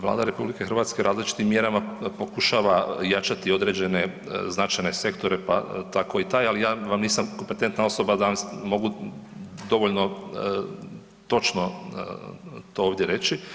Vlada RH različitim mjerama pokušava jačati određene značajne sektore, pa tako i taj, al ja vam nisam kompetentna osoba da vam mogu dovoljno točno to ovdje reći.